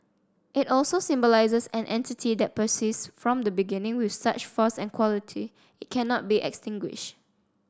it also symbolises an entity that persists from the beginning with such force and quality it cannot be extinguished